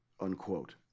unquote